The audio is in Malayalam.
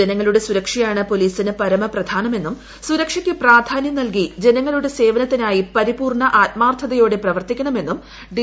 ജനങ്ങളുടെ സുരക്ഷയാണ് പോലീസിന്റ് പ്രെർമി പ്രധാനമെന്നും സുരക്ഷയ്ക്ക് പ്രാധാന്യം നൽകി ജനങ്ങളു്ടെ സേവനത്തിനായി പരിപൂർണ്ണ ആത്മാർത്ഥതയോട്ടെ പ്പൂർത്തിക്കണമെന്നും ഡി